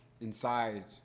inside